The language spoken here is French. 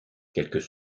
quelques